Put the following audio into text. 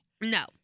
No